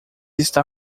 está